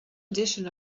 edition